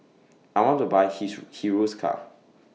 I want to Buy Hiruscar